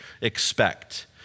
expect